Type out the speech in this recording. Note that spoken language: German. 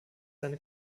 seine